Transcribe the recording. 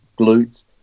glutes